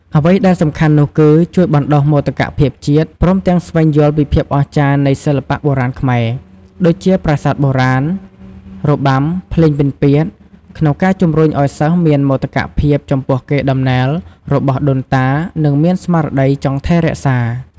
អ្វីដែលសំខាន់នោះគឺ ជួយបណ្ដុះមោទកភាពជាតិ ព្រមទាំងស្វែងយល់ពីភាពអស្ចារ្យនៃសិល្បៈបុរាណខ្មែរ ដូចជាប្រាសាទបុរាណ របាំ ភ្លេងពិណពាទ្យ ក្នុងការជម្រុញអោយសិស្សមានមោទកភាពចំពោះកេរដំណែលរបស់ដូនតា និងមានស្មារតីចង់ថែរក្សា។